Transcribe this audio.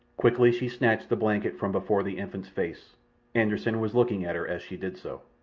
quickly she snatched the blanket from before the infant's face anderssen was looking at her as she did so.